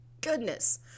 goodness